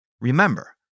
Remember